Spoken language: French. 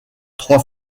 trois